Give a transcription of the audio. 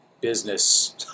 business